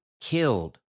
killed